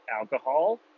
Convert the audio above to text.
alcohol